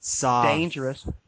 dangerous